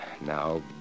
now